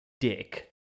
dick